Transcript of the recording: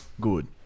good